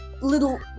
Little